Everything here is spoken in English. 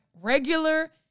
regular